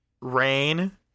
rain